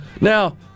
Now